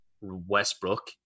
Westbrook